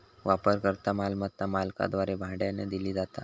वापरकर्ता मालमत्ता मालकाद्वारे भाड्यानं दिली जाता